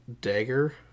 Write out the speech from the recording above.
dagger